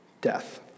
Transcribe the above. death